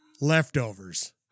leftovers